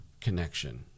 connection